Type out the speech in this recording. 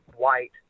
white